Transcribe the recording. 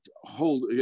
hold